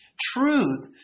truth